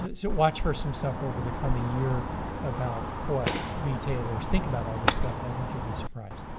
so watch for some stuff over the coming year about what retailers think about all this stuff. and i think you'll be surprised,